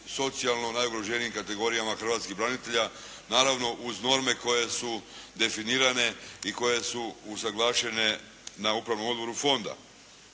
socijalno najugroženijim kategorijama hrvatskih branitelja naravno uz norme koje su definirane i koje su usaglašene na Upravnom odboru fonda.